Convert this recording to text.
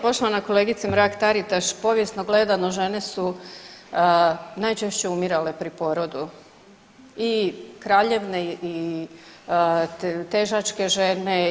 Poštovana kolegice Mrak Taritaš, povijesno gledano žene su najčešće umirale pri porodu i kraljevne i težačke žene.